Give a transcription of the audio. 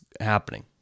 happening